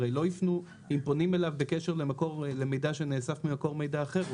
הרי אם פונים אליו בקשר למידע שנאסף מקור מידע אחר,